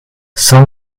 cent